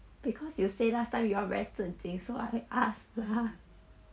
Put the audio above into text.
because you say last time you all very 正经 so I ask lah